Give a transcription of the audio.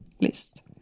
list